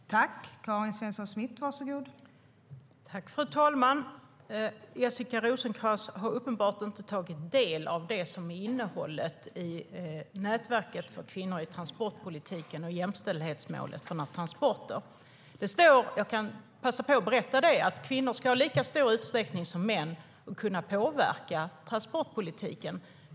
STYLEREF Kantrubrik \* MERGEFORMAT KommunikationerJag kan passa på att berätta att kvinnor i lika stor utsträckning som män ska kunna påverka transportpolitiken.